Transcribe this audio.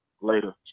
later